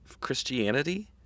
Christianity